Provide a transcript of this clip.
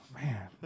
Man